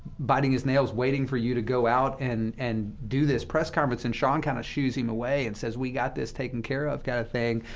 biting his nails, waiting for you to go out and and do this press conference. and sean kind of shoos him away and says, we've got this taken care of, kind of thing.